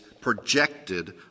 projected